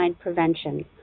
prevention